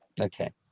Okay